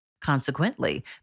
Consequently